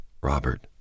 Robert